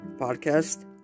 podcast